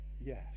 yes